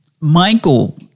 Michael